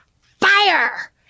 fire